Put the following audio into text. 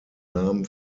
namen